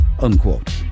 unquote